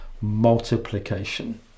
multiplication